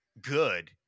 good